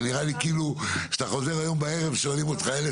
זה נראה לי שכאילו אתה חוזר היום בערב שואלים אותך אלו